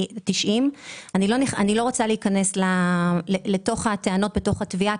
אני לא רוצה להיכנס לתוך הטענות בתוך התביעה,